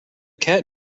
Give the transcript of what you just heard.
cat